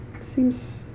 seems